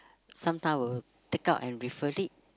some time I will take out and refer it